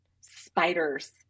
spiders